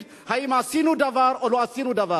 ולהגיד: האם עשינו דבר או לא עשינו דבר.